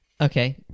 okay